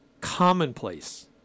commonplace